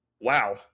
wow